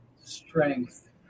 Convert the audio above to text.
strength